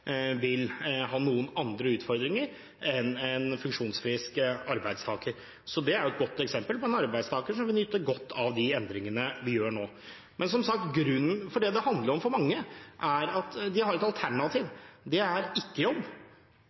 vil ha noen andre utfordringer enn en funksjonsfrisk arbeidstaker. Så det er et godt eksempel på en arbeidstaker som vil nyte godt av de endringene vi gjør nå. Men som sagt: Det det handler om for mange, er at de har et alternativ – det er ingen jobb.